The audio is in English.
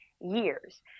years